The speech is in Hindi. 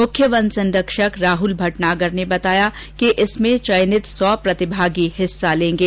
मुख्य वन संरक्षक राहल भटनागर ने बताया कि इसमें चयनित सौ प्रतिभागी हिस्सा लेंगे